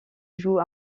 joue